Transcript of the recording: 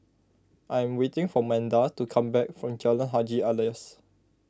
I am waiting for Manda to come back from Jalan Haji Alias